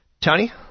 Tony